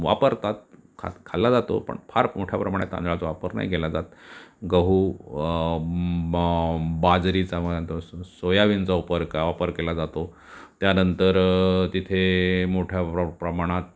वापरतात खा खाल्ला जातो पण फार मोठ्याप्रमाणे तांदळाचा वापर नाही केला जात गहू म बाजरीचा मयंत सोयाबीनचा उपर का वापर केला जातो त्यानंतर तिथे मोठ्या प्र प्रमाणात